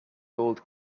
old